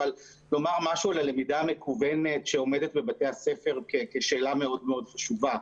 אבל לומר משהו ללמידה המקוונת שעומדת בבתי הספר כשאלה מאוד מאוד חשובה.